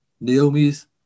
Naomi's